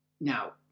Now